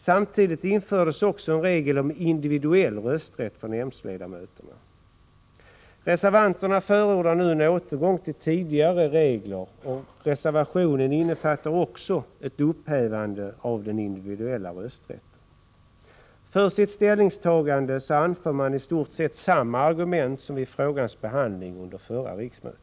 Samtidigt infördes också en regel om individuell rösträtt för nämndledamöterna. Reservanterna förordar nu en återgång till tidigare regler, och i reservationen innefattas också upphävande av den individuella rösträtten. För sitt ställningstagande anför man i stort sett samma argument som vid frågans behandling under förra riksmötet.